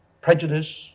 prejudice